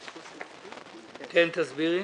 תסבירי.